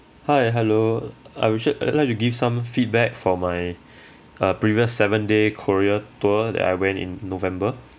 hi hello I wish uh like to give some feedback for my uh previous seven day korea tour that I went in november